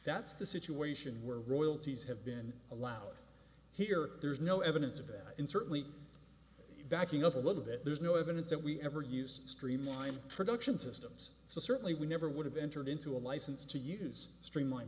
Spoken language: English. that's the situation where royalties have been allowed here there's no evidence of that and certainly backing up a little bit there's no evidence that we ever used streamlined production systems so certainly we never would have entered into a license to use streamlined